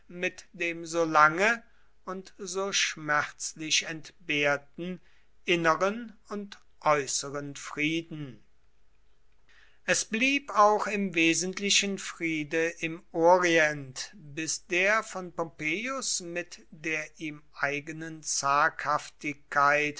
mit dem so lange und so schmerzlich entbehrten inneren und äußeren frieden es blieb auch im wesentlichen friede im orient bis der von pompeius mit der ihm eigenen